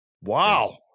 Wow